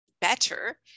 better